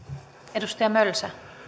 arvoisa rouva puhemies